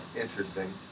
interesting